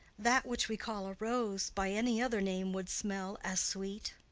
that which we call a rose by any other name would smell as sweet.